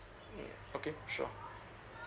mm okay sure